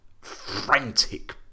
frantic